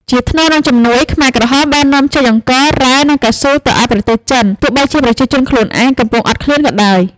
ជាថ្នូរនឹងជំនួយ ខ្មែរក្រហមបាននាំចេញអង្ករ រ៉ែ និងកៅស៊ូទៅឱ្យប្រទេសចិន ទោះបីជាប្រជាជនខ្លួនឯងកំពុងអត់ឃ្លានក៏ដោយ។